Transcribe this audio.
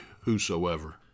whosoever